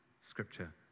scripture